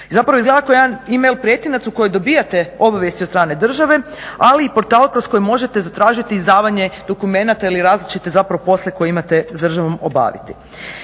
zapravo izgleda kao jedan e-mail pretinac u koji dobijate obavijesti od strane države, ali i portal kroz koji možete zatražiti izdavanje dokumenata ili različite zapravo posle koje imate sa državom obaviti.